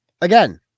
Again